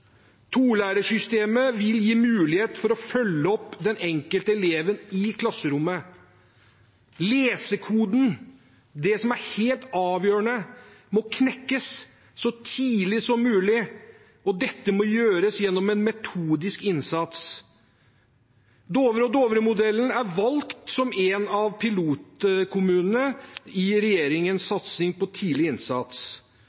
Tolærersystemet vil gi mulighet for å følge opp den enkelte eleven i klasserommet. Lesekoden, det som er helt avgjørende, må knekkes så tidlig som mulig, og det må gjøres gjennom metodisk innsats. Dovre med Dovre-modellen er valgt som en av pilotkommunene i regjeringens